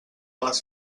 les